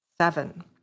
seven